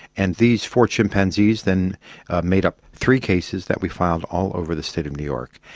and these four chimpanzees then made up three cases that we filed all over the state of new york.